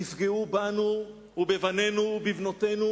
יפגעו בנו, בבנינו ובבנותינו,